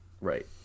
Right